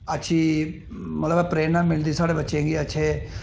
अच्छी मतलव प्रेरणा मिलदी साढ़े बच्चें गी अच्छे